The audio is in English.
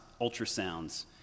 ultrasounds